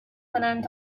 کنند